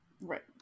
Right